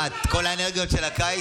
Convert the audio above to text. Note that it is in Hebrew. מה, כל האנרגיות של הקיץ?